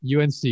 UNC